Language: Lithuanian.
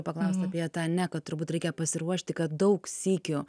paklausti apie tą ne kad turbūt reikia pasiruošti kad daug sykių